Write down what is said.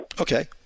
Okay